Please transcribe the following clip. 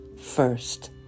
first